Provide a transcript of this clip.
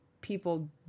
people